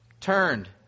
Turned